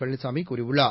பழனிசாமி கூறியுள்ளார்